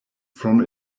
from